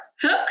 hook